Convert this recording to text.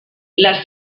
les